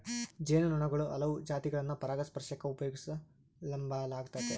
ಜೇನು ನೊಣುಗುಳ ಹಲವು ಜಾತಿಗುಳ್ನ ಪರಾಗಸ್ಪರ್ಷಕ್ಕ ಉಪಯೋಗಿಸೆಂಬಲಾಗ್ತತೆ